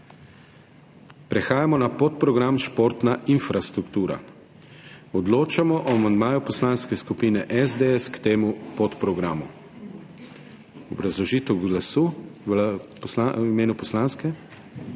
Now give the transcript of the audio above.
Prehajamo na podprogram Športna infrastruktura. Odločamo o amandmaju Poslanske skupine SDS k temu podprogramu. Obrazložitev glasu v imenu poslanske?